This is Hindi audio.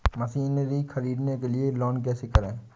मशीनरी ख़रीदने के लिए लोन कैसे करें?